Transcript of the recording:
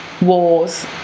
wars